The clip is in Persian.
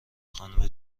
خانم